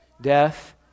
death